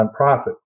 nonprofit